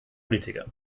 politiker